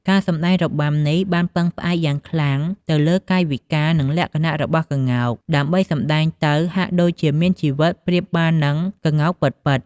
ការសម្តែងរបាំនេះបានពឹងផ្អែកយ៉ាងសំខាន់ទៅលើកាយវិការនិងលក្ខណៈរបស់កោ្ងក ដើម្បីសម្តែងទៅហាក់ដូចជាមានជីវិតប្រៀបបាននឹងកោ្ងកពិតៗ ។